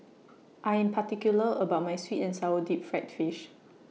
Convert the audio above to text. I Am particular about My Sweet and Sour Deep Fried Fish